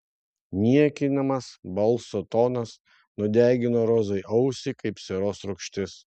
niekinamas balso tonas nudegino rozai ausį kaip sieros rūgštis